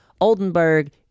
Oldenburg